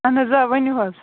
اَہَن آ ؤنِو حظ